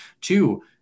Two